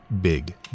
big